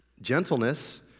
Gentleness